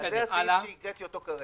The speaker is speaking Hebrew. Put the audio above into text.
זה הסעיף שהקראתי כרגע.